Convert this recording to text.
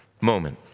moment